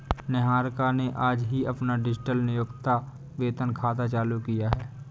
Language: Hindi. निहारिका ने आज ही अपना डिजिटल नियोक्ता वेतन खाता चालू किया है